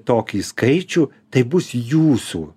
tokį skaičių tai bus jūsų